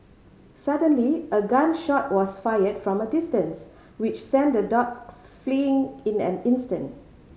suddenly a gun shot was fired from a distance which sent the dogs fleeing in an instant